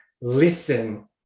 listen